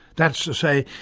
that is to say,